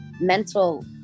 mental